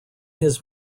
his